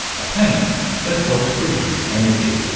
a paint that helps produce energy.